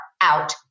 out